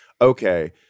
okay